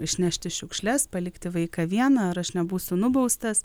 išnešti šiukšles palikti vaiką vieną ar aš nebūsiu nubaustas